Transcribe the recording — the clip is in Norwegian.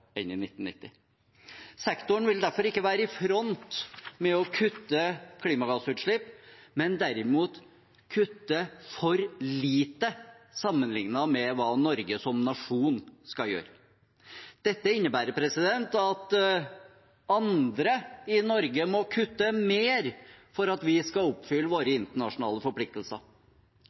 enn i 1990. Sektoren vil derfor ikke være i front med å kutte klimagassutslipp, men vil derimot kutte for lite sammenliknet med hva Norge som nasjon skal gjøre. Dette innebærer at andre i Norge må kutte mer for at vi skal oppfylle våre internasjonale forpliktelser.